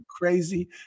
crazy